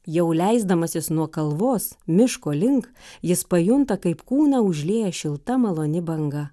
jau leisdamasis nuo kalvos miško link jis pajunta kaip kūną užlieja šilta maloni banga